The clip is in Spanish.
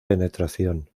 penetración